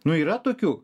nu yra tokių